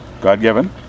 God-given